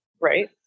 right